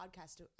podcast